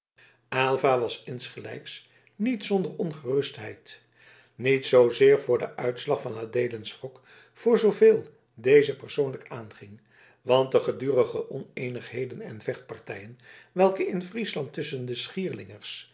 aylva was insgelijks niet zonder ongerustheid niet zoozeer over den uitslag van adeelens wrok voor zooveel dezen persoonlijk aanging want de gedurige oneenigheden en vechtpartijen welke in friesland tusschen de